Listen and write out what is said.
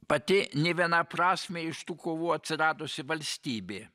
pati nevienaprasmiai iš tų kovų atsiradusi valstybė